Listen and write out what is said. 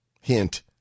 Hint